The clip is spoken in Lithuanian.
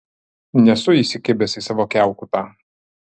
nesu įsikibęs į savo kiaukutą